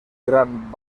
gran